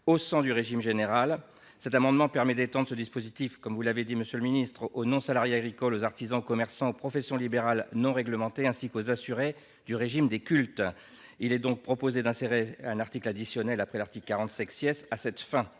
au sein du régime général. Cet amendement vise à étendre ce dispositif, comme vous l’avez dit, monsieur le ministre, aux non salariés agricoles, aux artisans, aux commerçants, aux professions libérales non réglementées ainsi qu’aux assurés du régime des cultes. Il est donc proposé d’insérer un article additionnel après l’article 40 à cette fin.